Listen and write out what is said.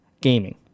gaming